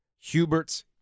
Hubert's